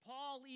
Paul